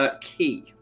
key